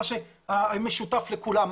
מה שמשותף לכולם,